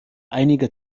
einiger